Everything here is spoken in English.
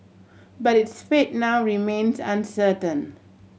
but its fate now remains uncertain